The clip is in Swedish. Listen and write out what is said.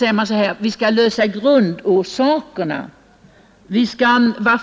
sig på den förebyggande vården.